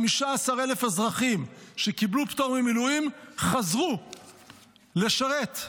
15,000 אזרחים שקיבלו פטור ממילואים חזרו לשרת.